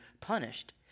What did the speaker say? punished